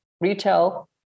retail